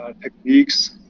techniques